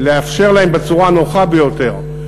לאפשר להם בצורה הנוחה ביותר.